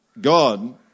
God